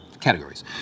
categories